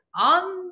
on